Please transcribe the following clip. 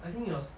I think it was